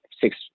six